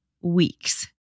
weeks